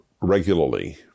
regularly